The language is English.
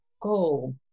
goal